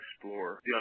explore